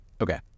Okay